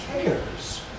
cares